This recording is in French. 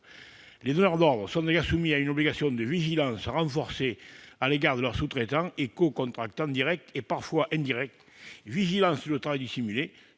Les donneurs d'ordre sont déjà soumis à une obligation de vigilance renforcée à l'égard de leurs sous-traitants et cocontractants directs, et parfois indirects : vigilance sur le travail dissimulé,